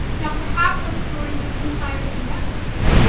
now, perhaps our stories of empires and networks,